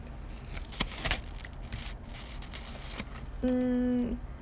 mm